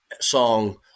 song